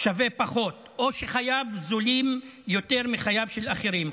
שווה פחות, או שחייו זולים יותר מחייהם של אחרים.